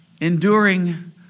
Enduring